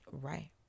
Right